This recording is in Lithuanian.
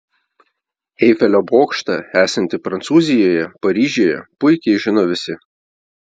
eifelio bokštą esantį prancūzijoje paryžiuje puikiai žino visi